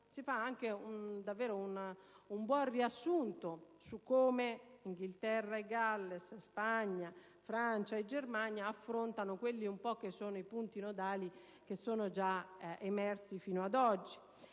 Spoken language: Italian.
trova anche un buon riassunto su come Inghilterra, Galles, Spagna, Francia e Germania affrontino i punti nodali che sono già emersi fino ad oggi.